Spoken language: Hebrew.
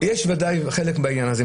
ודאי חלק בעניין הזה.